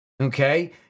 okay